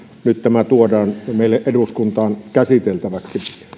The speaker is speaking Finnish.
nyt tämä tuodaan meille eduskuntaan käsiteltäväksi